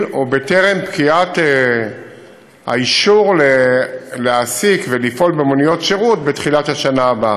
או בטרם פקיעת האישור להעסיק ולפעול במוניות שירות בתחילת השנה הבאה.